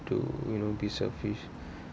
to you know be selfish